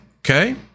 okay